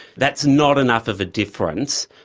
that's not enough of a difference.